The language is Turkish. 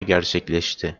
gerçekleşti